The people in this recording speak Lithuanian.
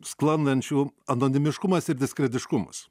sklandančių anonimiškumas ir diskrediškumas